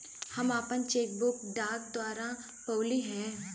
हम आपन cheque book डाक द्वारा पउली है